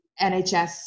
NHS